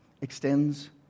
extends